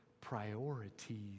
priorities